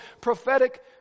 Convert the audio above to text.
prophetic